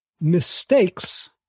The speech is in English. mistakes